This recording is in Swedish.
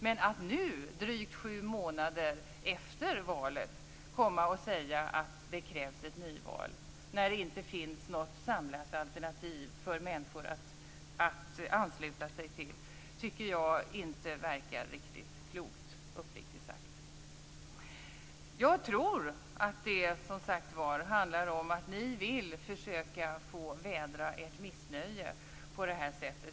Men att nu, drygt sju månader efter valet, komma och säga att det krävs ett nyval - det finns ju inte något samlat alternativ för människor att ansluta sig till - tycker jag inte verkar riktigt klokt, uppriktigt sagt. Jag tror att det, som sagt, handlar om att ni vill försöka få vädra ert missnöje på det här sättet.